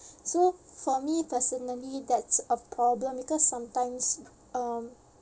so for me personally that's a problem because sometimes um